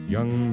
Young